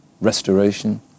restoration